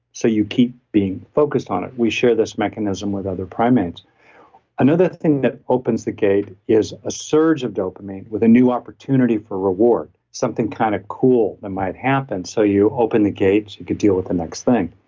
so you keep being focused on it, we share this mechanism with other primates another thing that opens the gate is a surge of dopamine with a new opportunity for reward. something kind of cool that might happen. so you open the gate, you could deal with the next thing.